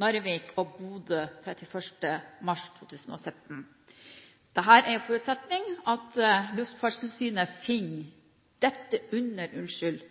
Narvik og Bodø 31. mars 2017. Dette er under forutsetning av at Luftfartstilsynet finner at lufthavnens teknisk-operative godkjenning kan forlenges til dette